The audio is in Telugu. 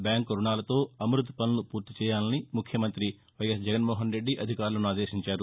బ్యాంకు రుణాలతో అమృత్ పనులు పూర్తి చేయాలని ముఖ్యమంత్రి జగన్ మోహన్రెద్ది అధికారులను ఆదేశించారు